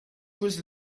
was